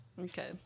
Okay